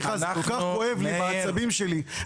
זה כל-כך כואב לי בעצבים שלי,